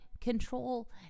control